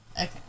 Okay